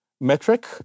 metric